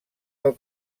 del